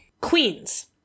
Queens